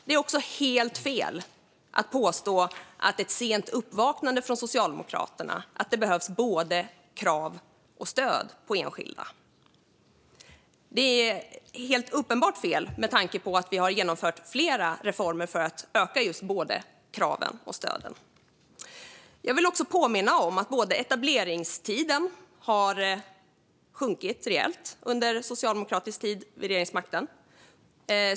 Det är helt fel att påstå att det är ett sent uppvaknande från Socialdemokraternas sida att vi ser att det behövs både krav och stöd för enskilda. Det är helt uppenbart fel med tanke på att vi har genomfört flera reformer för att öka både kraven och stöden. Jag vill också påminna om att etableringstiden har sjunkit rejält under Socialdemokraternas tid vid regeringsmakten.